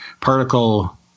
particle